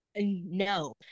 no